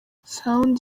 sound